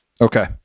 Okay